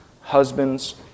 husbands